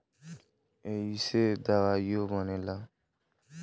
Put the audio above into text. ऐइसे दवाइयो बनेला